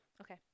Okay